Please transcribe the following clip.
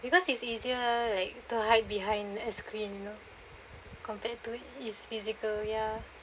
because it's easier like to hide behind a screen you know compared to its physical ya